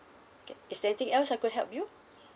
K is there anything else I could help you